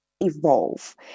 evolve